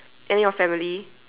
and your family